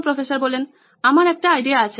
professor 2 আমার একটা idea আছে